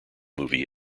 movie